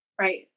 Right